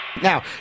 Now